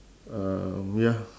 um ya